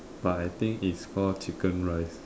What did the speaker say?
but I think it's called chicken rice